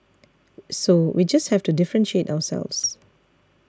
so we just have to differentiate ourselves